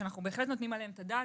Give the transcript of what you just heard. שאנחנו נותנים עליהם את הדעת.